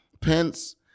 Pence